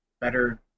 better